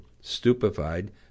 stupefied